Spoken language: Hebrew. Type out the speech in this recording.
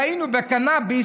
ראינו בקנביס,